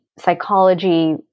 psychology